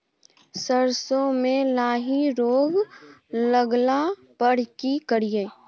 सरसो मे लाही रोग लगला पर की करिये?